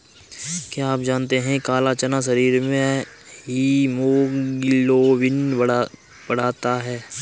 क्या आप जानते है काला चना शरीर में हीमोग्लोबिन बढ़ाता है?